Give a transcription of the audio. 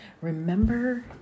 Remember